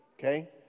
Okay